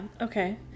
okay